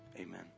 amen